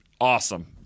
Awesome